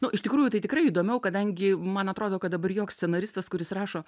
nu iš tikrųjų tai tikrai įdomiau kadangi man atrodo kad dabar joks scenaristas kuris rašo